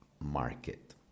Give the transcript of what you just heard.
market